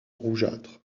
rougeâtre